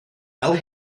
fel